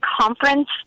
conference